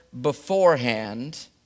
beforehand